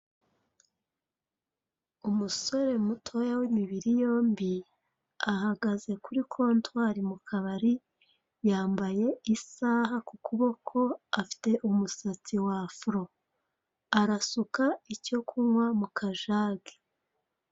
Umusore mutoya w'imibiri yombi ahagaze kuri kontwari mu kabari yambaye isaha ku kuboko afite umusatsi wa afro arasuka icyo kunywa mu kajage.